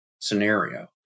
scenario